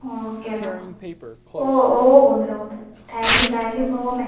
okay എന്നാൽ ഓ ഓ കൊണ്ടുവരാം കൊണ്ടുവരാം thank you thank you so much